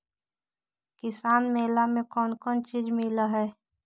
किसान मेला मे कोन कोन चिज मिलै है?